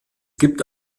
gibt